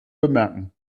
bemerken